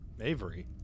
Avery